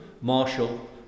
Marshall